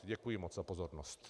Děkuji moc za pozornost.